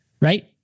right